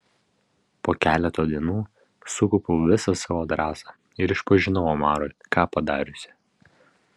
po keleto dienų sukaupiau visą savo drąsą ir išpažinau omarui ką padariusi